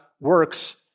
works